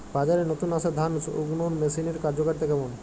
বাজারে নতুন আসা ধান শুকনোর মেশিনের কার্যকারিতা কেমন?